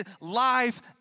life